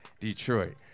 Detroit